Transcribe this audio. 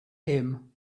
him